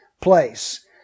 place